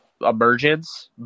emergence